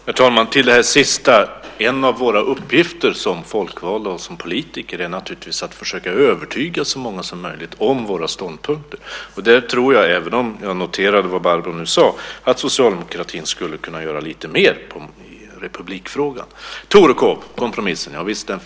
Herr talman! Apropå det sista som Barbro Hietala Nordlund sade: En av våra uppgifter som folkvalda och politiker är naturligtvis att försöka övertyga så många som möjligt om våra ståndpunkter. Även om jag noterar vad Barbro nu sade tror jag att socialdemokratin skulle kunna göra lite mer i republikfrågan. Torekovkompromissen finns där.